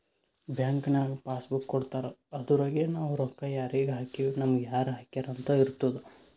bank ನಾಗ್ passbook ಕೊಡ್ತಾರ ಅದುರಗೆ ನಾವ್ ರೊಕ್ಕಾ ಯಾರಿಗ ಹಾಕಿವ್ ನಮುಗ ಯಾರ್ ಹಾಕ್ಯಾರ್ ಅಂತ್ ಇರ್ತುದ್